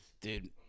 Dude